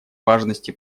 важности